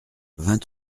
vingt